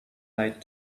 lied